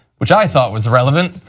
which i thought was relevant.